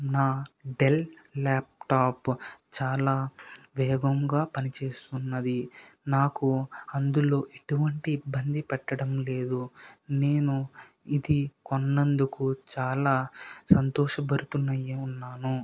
నా Dell laptop చాలా వేగంగా పనిచేస్తున్నది నాకు అందులో ఎటువంటి ఇబ్బంది పెట్టడం లేదు నేను ఇది కొన్నందుకు చాలా సంతోషభరితమై ఉన్నాను